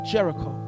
Jericho